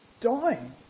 dying